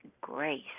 grace